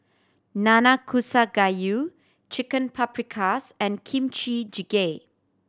Nanakusa Gayu Chicken Paprikas and Kimchi Jjigae